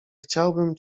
chciałbym